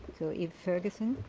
so eve ferguson.